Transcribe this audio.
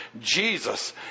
Jesus